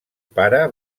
pare